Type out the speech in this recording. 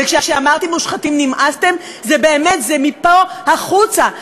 וכשאמרתי "מושחתים נמאסתם", זה באמת מפה החוצה.